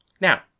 Now